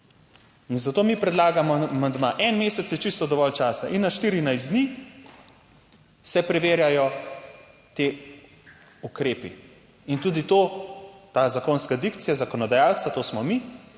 In zato mi predlagamo amandma. En mesec je čisto dovolj časa in na 14 dni se preverjajo ti ukrepi. In tudi to, ta zakonska dikcija zakonodajalca, to smo mi,